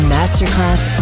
Masterclass